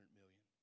million